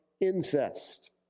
incest